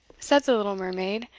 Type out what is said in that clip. said the little mermaid,